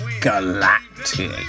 Galactic